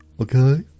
okay